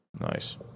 Nice